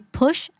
push